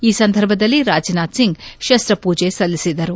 ಈ ಸಂದರ್ಭದಲ್ಲಿ ರಾಜನಾಥ್ ಸಿಂಗ್ ಶಸ್ತ ಪೂಜೆ ಸಲ್ಲಿಸಿದರು